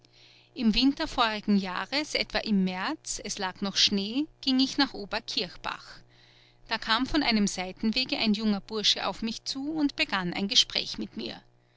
im winter vorigen jahres etwa im märz es lag noch schnee ging ich nach oberkirchbach da kam von einem seitenwege ein junger bursche auf mich zu und begann ein gespräch mit mir